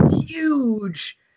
huge